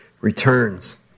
returns